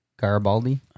Garibaldi